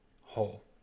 whole